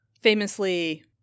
famously